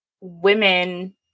women